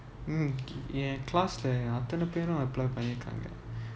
mm ya class அத்தனைபெரும்:athanai perum apply பன்னிருக்காங்க:pannirukaanga